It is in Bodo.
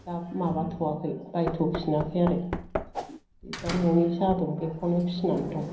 दा माबाथ'याखै बायथ'फिनाखै आरो दा न'नि जा दं बेखौनो फिनानै दं